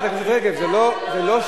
לא.